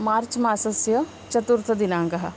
मार्च्मासस्य चतुर्थदिनाङ्कः